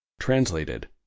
Translated